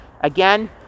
Again